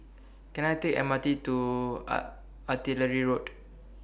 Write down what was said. Can I Take The M R T to Artillery Road